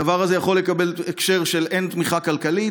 הדבר הזה יכול לקבל הקשר הן של תמיכה כלכלית